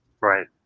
Right